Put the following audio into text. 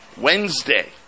Wednesday